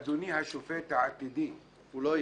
אדוני השופט העתידי -- הוא לא יהיה.